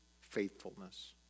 faithfulness